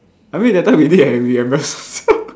I mean that time we did eh remember